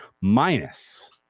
minus